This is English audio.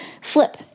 flip